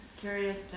Curious